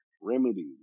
Remedy